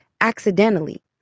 accidentally